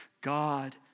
God